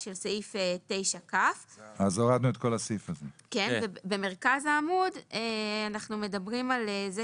של סעיף 9כ. במרכז העמוד דובר על זה